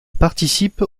participe